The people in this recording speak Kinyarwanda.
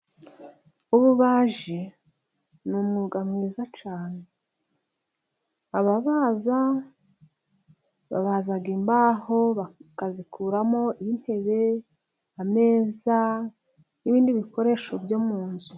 Ububaji ni umwuga mwiza cyane. Ababaza imbaho bakazikuramo intebe, ameza, n'ibindi bikoresho byo mu nzu.